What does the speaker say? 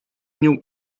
nią